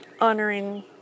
honoring